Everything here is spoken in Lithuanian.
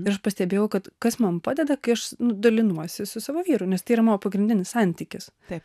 aš pastebėjau kad kas man padeda kai aš nu dalinuosi su savo vyru nes tai yra mano pagrindinis santykis taip